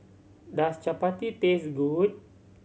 does Chapati taste good